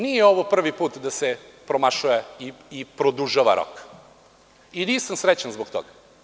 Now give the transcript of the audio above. Nije ovo prvi put da se promašuje i produžava rok i nisam srećan zbog toga.